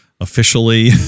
officially